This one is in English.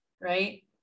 right